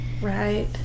right